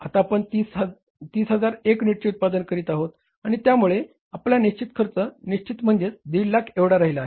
आता आपण 30001 युनिटचे उत्पादन करीत आहोत आणि त्यामुळे आपला निश्चित खर्च निश्चित म्हणजेच 150000 एवढा राहिला आहे